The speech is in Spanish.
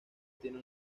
tiene